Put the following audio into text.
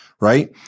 right